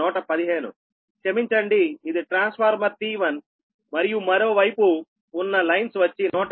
క్షమించండి ఇది transformer T1 మరియు మరో వైపు ఉన్న లైన్స్ వచ్చి 115